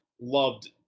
loved